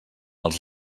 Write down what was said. els